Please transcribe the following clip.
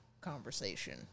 conversation